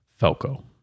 felco